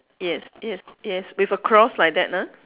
yes yes yes with a cross like that ah